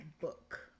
book